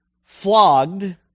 flogged